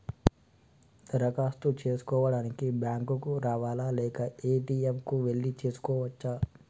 దరఖాస్తు చేసుకోవడానికి బ్యాంక్ కు రావాలా లేక ఏ.టి.ఎమ్ కు వెళ్లి చేసుకోవచ్చా?